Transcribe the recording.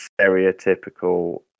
stereotypical